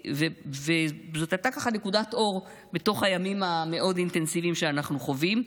זאת הייתה נקודת אור בתוך הימים המאוד אינטנסיביים שאנחנו חווים.